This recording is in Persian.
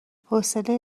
حوصله